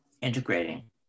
integrating